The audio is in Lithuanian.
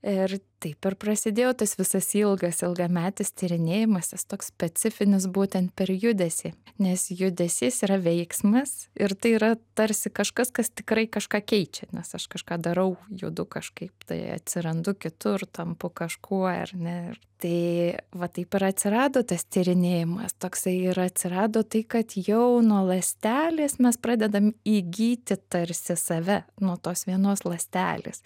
ir taip ir prasidėjo tas visas ilgas ilgametis tyrinėjimas jis toks specifinis būtent per judesį nes judesys yra veiksmas ir tai yra tarsi kažkas kas tikrai kažką keičia nes aš kažką darau judu kažkaip tai atsirandu kitur tampu kažkuo ar ne tai va taip ir atsirado tas tyrinėjimas toksai ir atsirado tai kad jau nuo ląstelės mes pradedam įgyti tarsi save nuo tos vienos ląstelės